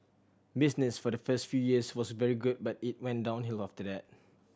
business for the first few years was very good but it went downhill after that